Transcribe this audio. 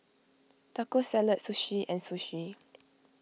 Taco Salad Sushi and Sushi